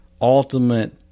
ultimate